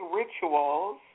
rituals